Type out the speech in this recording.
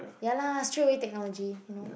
ya lah straight away technology you know